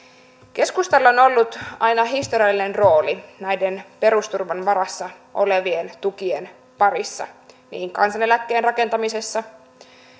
keskustalla on ollut aina historiallinen rooli näiden perusturvan varassa olevien tukien parissa niin kansaneläkkeen rakentamisessa